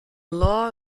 law